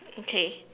okay